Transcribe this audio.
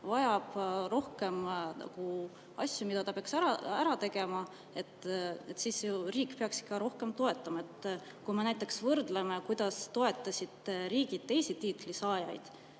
vajab rohkem asju, mida ta peaks ära tegema? Siis ju riik peaks ka rohkem toetama. Võrdleme näiteks, kuidas toetasid riigid teisi tiitlisaajaid